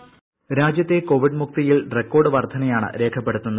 voice രാജ്യത്തെ Covid മുക്തിയിൽ record വർധനയാണ് രേഖപ്പെടുത്തുന്നത്